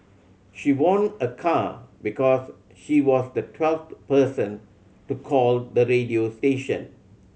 she won a car because she was the twelfth person to call the radio station